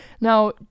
now